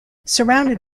surrounded